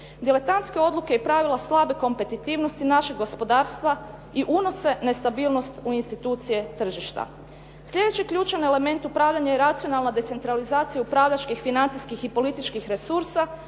Diletantske odluke i pravila slabe kompetitivnosti našeg gospodarstva i unose nestabilnost u institucije tržišta. Sljedeći ključan element upravljanja je racionalna decentralizacija upravljačkih, financijskih i političkih resursa,